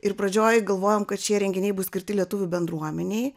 ir pradžioj galvojom kad šie renginiai bus skirti lietuvių bendruomenei